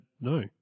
No